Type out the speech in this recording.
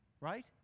Right